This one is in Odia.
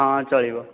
ହଁ ଚଳିବ